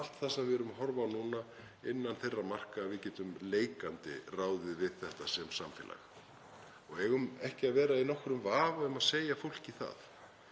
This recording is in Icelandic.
allt það sem við erum að horfa á núna innan þeirra marka að við getum leikandi ráðið við þetta sem samfélag og eigum ekki að vera í nokkrum vafa um að segja fólki það.